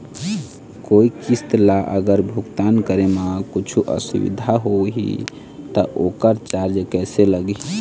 कोई किस्त ला अगर भुगतान करे म कुछू असुविधा होही त ओकर चार्ज कैसे लगी?